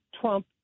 Trump